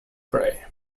prey